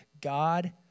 God